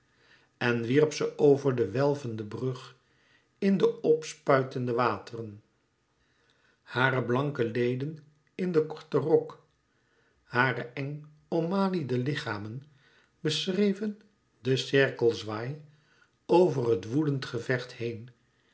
en wierp ze over den welvenden brug in de p spuitende wateren hare blanke leden in den korten rok hare eng ommaliede lichamen beschreven den cirkelzwaai over het woedend gevecht heen